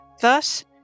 Thus